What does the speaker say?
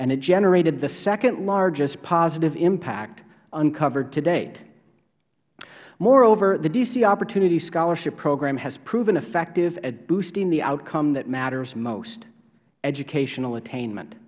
it generated the second largest positive impact uncovered to date moreover the d c opportunity scholarship program has proven effective at boosting the outcome that matters most educational attainment